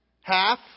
half